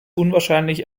unwahrscheinlich